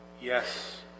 Yes